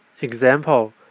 example